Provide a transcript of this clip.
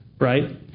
right